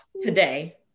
today